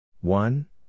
One